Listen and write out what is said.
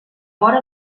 vora